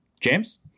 James